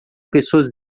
pessoas